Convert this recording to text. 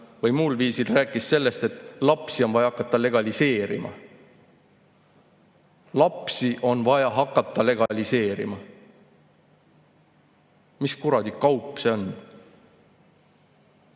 või muul viisil rääkis sellest, et lapsi on vaja hakata legaliseerima. Lapsi on vaja hakata legaliseerima. Mis kuradi kaup see on?